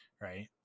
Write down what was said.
right